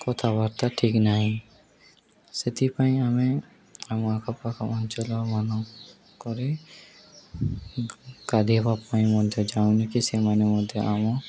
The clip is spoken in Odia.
କଥାବାର୍ତ୍ତା ଠିକ୍ ନାହିଁ ସେଥିପାଇଁ ଆମେ ଆମ ଆଖପାଖ ଅଞ୍ଚଳ ମାନଙ୍କରେ ଗାଧୋଇବା ପାଇଁ ମଧ୍ୟ ଯାଉନ କି ସେମାନେ ମଧ୍ୟ ଆମ